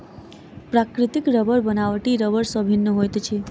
प्राकृतिक रबड़ बनावटी रबड़ सॅ भिन्न होइत अछि